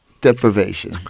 deprivation